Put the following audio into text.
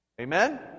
Amen